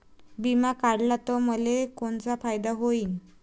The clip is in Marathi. बिमा काढला त मले कोनचा फायदा होईन?